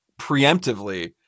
preemptively